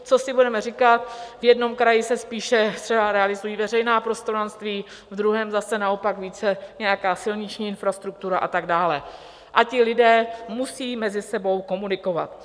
Co si budeme říkat, v jednom kraji se spíše realizují třeba veřejná prostranství, v druhém zase naopak více nějaká silniční infrastruktura a tak dále a ti lidé musejí mezi sebou komunikovat.